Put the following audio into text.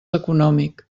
econòmic